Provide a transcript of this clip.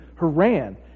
Haran